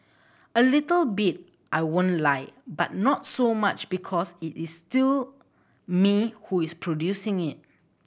a little bit I won't lie but not so much because it is still me who is producing it